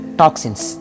toxins